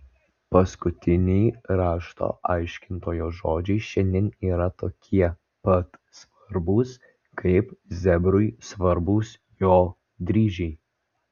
paskutiniai rašto aiškintojo žodžiai šiandien yra tokie pat svarbūs kaip zebrui svarbūs jo dryžiai